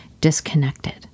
disconnected